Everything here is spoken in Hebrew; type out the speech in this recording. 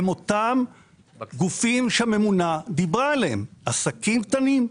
הם אותם גופים שהממונה דיברה עליהם עסקים קטנים,